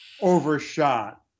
overshot